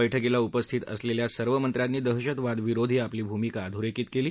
बर्क्कीला उपस्थित असलेल्या सर्व मंत्र्यांनी दहशतवादविरोधी आपली भूमिका अधोरेखित केली